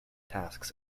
tasks